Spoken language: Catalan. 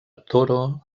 toro